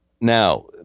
now